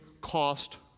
cost